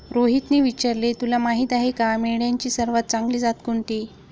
रोहितने विचारले, तुला माहीत आहे का मेंढ्यांची सर्वात चांगली जात कोणती?